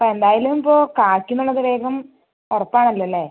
അപ്പം എന്തായാലും ഇപ്പോൾ കായ്ക്കുമെന്ന് ഉള്ളത് വേഗം ഉറപ്പ് ആണല്ലോ അല്ലേ